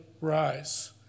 rise